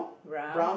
round